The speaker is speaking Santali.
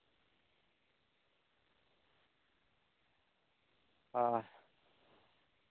ᱦᱳᱭ